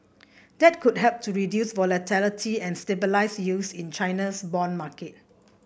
that could help to reduce volatility and stabilise yields in China's bond market